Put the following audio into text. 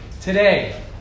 today